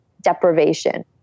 deprivation